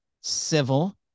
civil